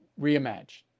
Reimagine